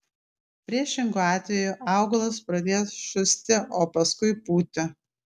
priešingu atveju augalas pradės šusti o paskui pūti